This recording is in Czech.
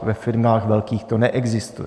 Ve firmách velkých to neexistuje.